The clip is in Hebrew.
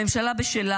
הממשלה בשלה,